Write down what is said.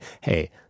hey